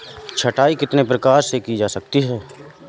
छँटाई कितने प्रकार से की जा सकती है?